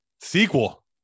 Sequel